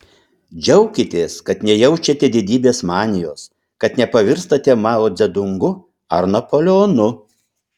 džiaukitės kad nejaučiate didybės manijos kad nepavirstate mao dzedungu ar napoleonu